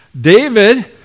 David